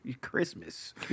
Christmas